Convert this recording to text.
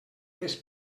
les